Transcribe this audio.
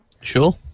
Sure